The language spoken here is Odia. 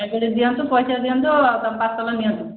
ଶହେ କୋଡ଼ିଏ ଦିଅନ୍ତୁ ପଇସା ଦିଅନ୍ତୁ ଆଉ ତମ ପାର୍ସଲ୍ ନିଅନ୍ତୁ